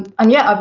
and yet,